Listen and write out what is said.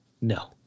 No